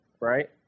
right